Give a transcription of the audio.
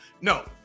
No